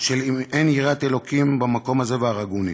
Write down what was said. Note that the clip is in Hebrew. אם אין יראת ה' במקום הזה והרגוני.